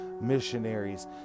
missionaries